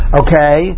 okay